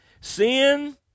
Sin